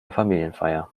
familienfeier